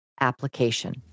application